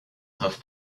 have